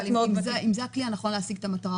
מעט מאוד --- השאלה אבל אם זה הכלי הנכון להשיג את המטרה,